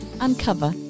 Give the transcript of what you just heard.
uncover